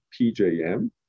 PJM